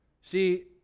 See